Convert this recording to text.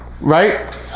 Right